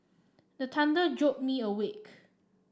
the thunder jolt me awake